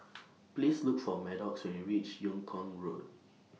Please Look For Maddox when YOU REACH Yung Kuang Road